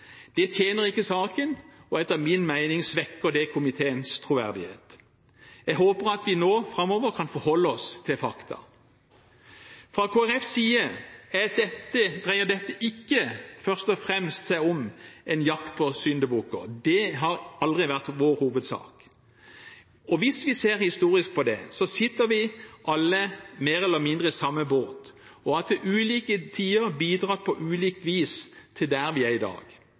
Det tjener ikke saken, og etter min mening svekker det komiteens troverdighet. Jeg håper at vi nå framover kan forholde oss til fakta. Fra Kristelig Folkepartis side dreier dette seg ikke først og fremst om en jakt på syndebukker. Det har aldri vært vår hovedsak. Hvis vi ser historisk på det, sitter vi alle mer eller mindre i samme båt, og har til ulike tider bidratt på ulikt vis til der vi er i dag.